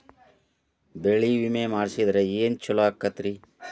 ಬೆಳಿ ವಿಮೆ ಮಾಡಿಸಿದ್ರ ಏನ್ ಛಲೋ ಆಕತ್ರಿ?